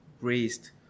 Raised